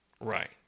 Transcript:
Right